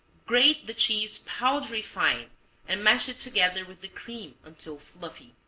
grate the cheese powdery fine and mash it together with the cream until fluffy.